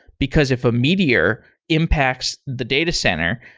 because if a meteor impacts the data center,